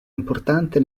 importante